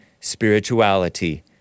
spirituality